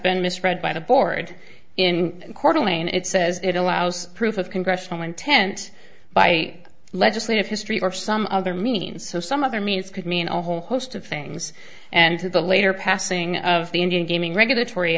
been misread by the board in court elaine it says it allows proof of congressional intent by legislative history or some other means so some other means could mean a whole host of things and to the later passing of the indian gaming regulatory